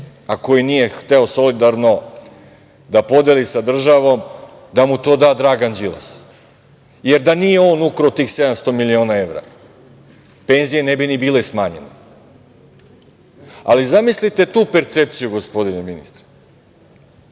a koji nije hteo da solidarno podeli sa državom da mu to da Dragan Đilas, jer da nije on ukrao tih 700 miliona evra, penzije ne bi bile ni smanjene. Ali, zamislite tu percepciju, gospodine ministre,